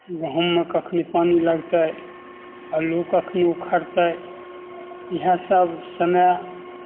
गहूँममे कखनि पानि लगतै आलू कखनि उखड़तै इएहसभ समय